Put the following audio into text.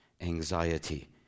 anxiety